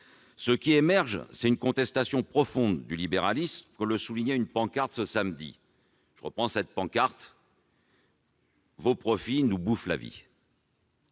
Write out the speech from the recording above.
Ce qui émerge, c'est une contestation profonde du libéralisme, comme le soulignait une pancarte ce samedi sur laquelle était inscrite :« Vos profits nous bouffent la vie